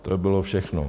To by bylo všechno.